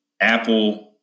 Apple